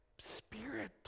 Spirit